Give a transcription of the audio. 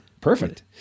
Perfect